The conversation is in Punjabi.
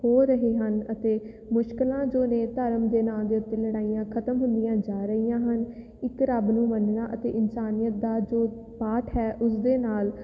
ਹੋ ਰਹੇ ਹਨ ਅਤੇ ਮੁਸ਼ਕਲਾਂ ਜੋ ਨੇ ਧਰਮ ਦੇ ਨਾਂ ਦੇ ਉੱਤੇ ਲੜਾਈਆਂ ਖਤਮ ਹੁੰਦੀਆਂ ਜਾ ਰਹੀਆਂ ਹਨ ਇੱਕ ਰੱਬ ਨੂੰ ਮੰਨਣਾ ਅਤੇ ਇਨਸਾਨੀਅਤ ਦਾ ਜੋ ਪਾਠ ਹੈ ਉਸ ਦੇ ਨਾਲ